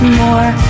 more